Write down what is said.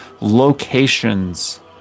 locations